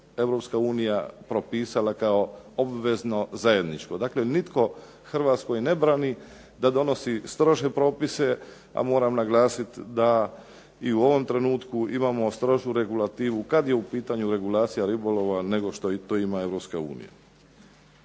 Europska unija propisala kao obvezno zajedničko, dakle nitko Hrvatskoj ne brani da donosi strože propise, a moram naglasiti da i u ovom trenutku imamo strožu regulativu kad je u pitanju regulacija ribolova nego što to ima Europska unija.